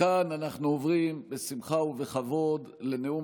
מכאן אנחנו עוברים בשמחה ובכבוד לנאום